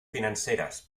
financeres